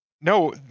No